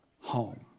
home